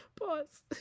Pause